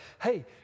hey